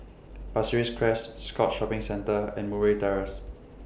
Pasir Ris Crest Scotts Shopping Centre and Murray Terrace